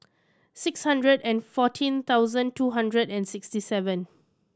six hundred and fourteen thousand two hundred and sixty seven